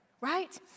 right